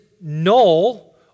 null